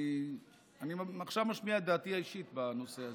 אני עכשיו משמיע את דעתי האישית בנושא הזה.